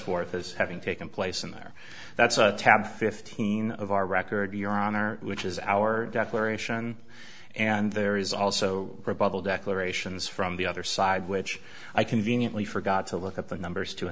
forth as having taken place in there that's a tab fifteen of our record your honor which is our declaration and there is also rebuttal declarations from the other side which i conveniently forgot to look at the numbers to